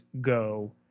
go